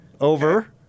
Over